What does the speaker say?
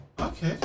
Okay